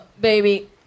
baby